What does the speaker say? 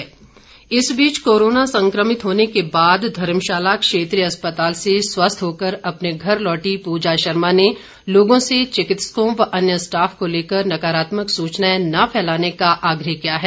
corona मरीज आग्रह इस बीच कोरोना संक्रमित होने के बाद धर्मशाला क्षेत्रीय अस्पताल से स्वस्थ होकर अपने घर लौटी पूजा शर्मा ने लोगों से चिकित्सकों व अन्य स्टाफ को लेकर नकारात्मक सूचनाएं न फैलाने का आग्रह किया है